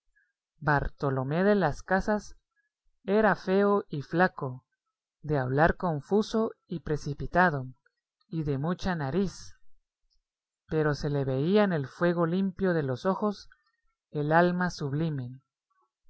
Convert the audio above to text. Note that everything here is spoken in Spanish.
bartolomé de las casas era feo y flaco de hablar confuso y precipitado y de mucha nariz pero se le veía en el fuego limpio de los ojos el alma sublime